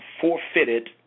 forfeited